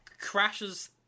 crashes